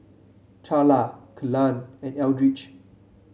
Charla Kelan and Eldridge